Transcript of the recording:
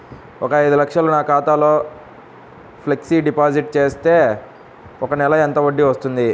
ఒక ఐదు లక్షలు నా ఖాతాలో ఫ్లెక్సీ డిపాజిట్ చేస్తే ఒక నెలకి ఎంత వడ్డీ వర్తిస్తుంది?